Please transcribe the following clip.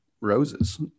roses